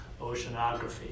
oceanography